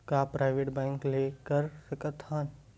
का private bank ले कर सकत हन?